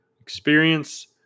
experience